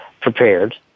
prepared